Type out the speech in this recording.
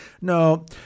no